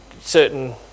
certain